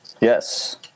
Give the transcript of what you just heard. Yes